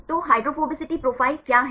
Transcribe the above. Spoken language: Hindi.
तो हाइड्रोफोबिसिस प्रोफ़ाइल क्या है